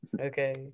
okay